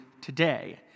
today